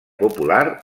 popular